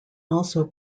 also